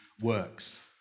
works